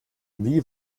wie